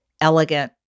elegant